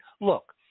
look